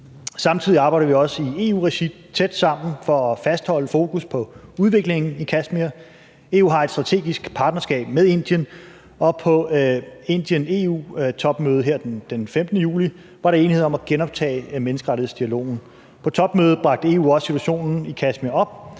Samtidig arbejder vi også i EU-regi tæt sammen for at fastholde fokus på udviklingen i Kashmir. EU har et strategisk partnerskab med Indien, og på Indien-EU-topmødet den 15. juli var der enighed om at genoptage menneskerettighedsdialogen. På topmødet bragte EU også situationen i Kashmir,